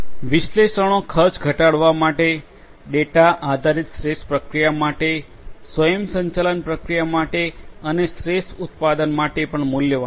વિશ્લેષણો ખર્ચ ઘટાડવા માટે ડેટા આધારિત શ્રેષ્ઠ પ્રક્રિયા માટે સ્વયંસંચાલન પ્રક્રિયા માટે અને શ્રેષ્ઠ ઉત્પાદન માટે પણ મૂલ્યવાન છે